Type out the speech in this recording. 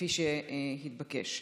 כפי שהתבקש.